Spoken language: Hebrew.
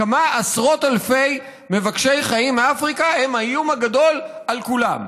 כמה עשרות אלפי מבקשי חיים מאפריקה הם האיום הגדול על כולם,